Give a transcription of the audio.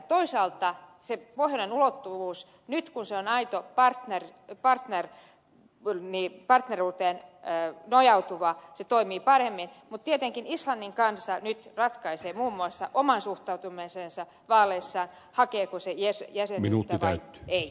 toisaalta pohjoinen ulottuvuus kun se nyt on aitoon partneruuteen nojautuva toimii paremmin mutta tietenkin islannin kansa nyt ratkaisee muun muassa oman suhtautumisensa vaaleissa hakeeko se jäsenyyttä vai ei